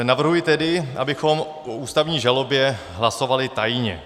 Navrhuji tedy, abychom o ústavní žalobě hlasovali tajně.